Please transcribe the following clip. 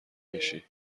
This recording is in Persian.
میشی